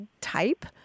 type